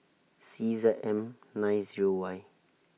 C Z M nine Zero Y